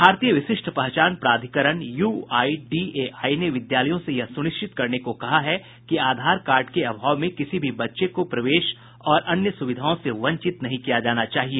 भारतीय विशिष्ट पहचान प्राधिकरण U I D A I ने विद्यालयों से यह सुनिश्चित करने को कहा है कि आधार कार्ड के अभाव में किसी भी बच्चे को प्रवेश और अन्य सुविधाओं से वंचित नहीं किया जाना चाहिए